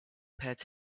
pat